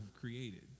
created